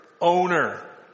Owner